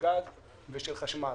גז וחשמל.